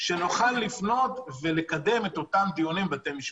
כדי שנוכל לפנות ולקדם את אותם דיונים בבתי משפט.